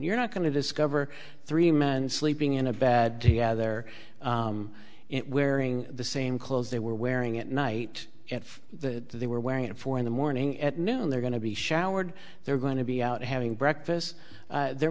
you're not going to discover three men sleeping in a bad day yeah there it wearing the same clothes they were wearing at night at the they were wearing it for in the morning at noon they're going to be showered they're going to be out having breakfast there